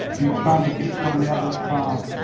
you try to get on the other side